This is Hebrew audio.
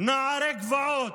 נערי גבעות,